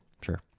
sure